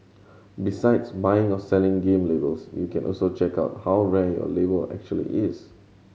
besides buying or selling game labels you can also check out how rare your label actually is